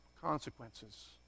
consequences